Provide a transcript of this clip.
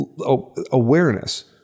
awareness